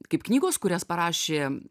kaip knygos kurias parašė